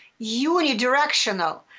unidirectional